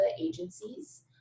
agencies